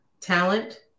talent